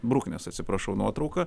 bruknės atsiprašau nuotrauką